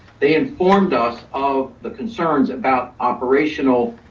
they informed us of the concerns about operational